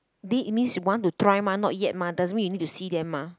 date means you want to try mah not yet mah doesn't mean you need to see them mah